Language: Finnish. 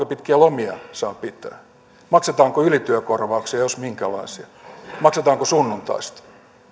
pitkiä lomia saa pitää maksetaanko ylityökorvauksia ja jos maksetaan minkälaisia maksetaanko sunnuntaista